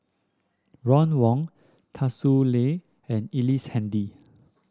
Ron Wong Tsung Yeh and Ellice Handy